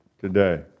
Today